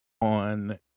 on